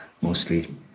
mostly